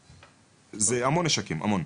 זה המון נשקים, המון.